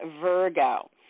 Virgo